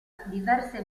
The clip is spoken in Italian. diverse